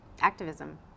activism